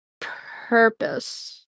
purpose